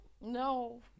No